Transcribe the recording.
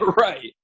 right